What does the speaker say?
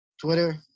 twitter